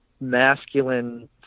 masculine